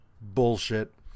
bullshit